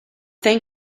thank